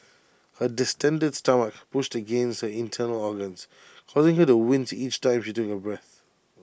her distended stomach pushed against her internal organs causing her to wince each time she took A breath